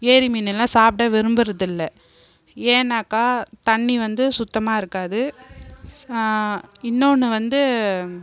ஏரி மீனுலாம் சாப்பிட விரும்புருதில்லை ஏன்னாக்கா தண்ணி வந்து சுத்தமாக இருக்காது இன்னொன்று வந்து